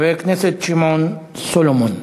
חבר הכנסת שמעון סולומון,